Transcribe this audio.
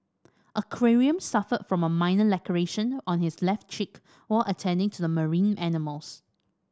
aquarium suffered from a minor laceration on his left cheek while attending to the marine animals